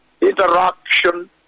interaction